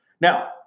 Now